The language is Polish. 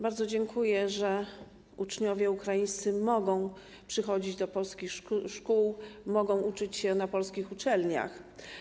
Bardzo dziękuję, że uczniowie ukraińscy mogą chodzić do polskich szkół, mogą uczyć się na polskich uczelniach.